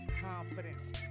confidence